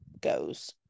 goes